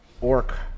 orc